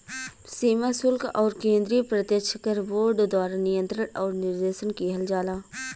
सीमा शुल्क आउर केंद्रीय प्रत्यक्ष कर बोर्ड द्वारा नियंत्रण आउर निर्देशन किहल जाला